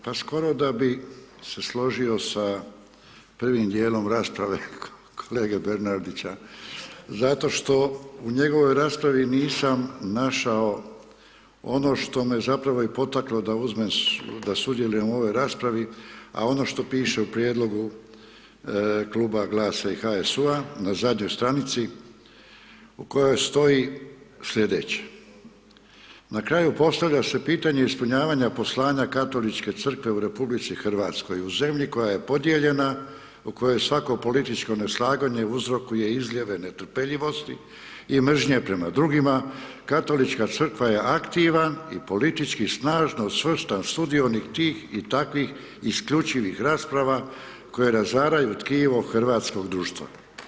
Pa skoro da bi se složio sa prvim dijelom rasprave kolege Bernardića zato što u njegovoj raspravi nisam našao ono što me zapravo i potaklo da uzmem, da sudjelujem u ovoj raspravi, a ono što piše u prijedlogu Kluba GLAS-a i HSU-a na zadnjoj stranici u kojoj stoji slijedeće: „Na kraju postavlja se pitanje ispunjavanja poslanja Katoličke crkve u RH, u zemlji koja je podijeljena, u kojoj svako političko neslaganje uzrokuje izljeve netrpeljivosti i mržnje prema drugima, Katolička crkva je aktivan i politički snažno svrstan sudionik tih i takvih isključivih rasprava koje razaraju tkivo hrvatskog društva.